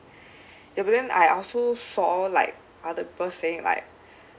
ya but then I also saw like other people saying like